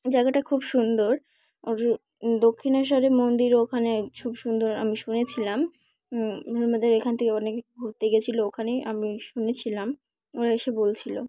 জায়গাটা খুব সুন্দর ও দক্ষিণেশ্বরে মন্দিরও ওখানে খুব সুন্দর আমি শুনেছিলাম আমাদের এখান থেকে অনেক ঘুরতে গিয়েছিলো ওখানেই আমি শুনেছিলাম ওরা এসে বলছিলো